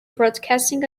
broadcasting